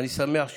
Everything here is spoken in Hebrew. אני שמח שיש.